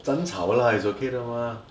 zham 草的 lah it's okay 的 mah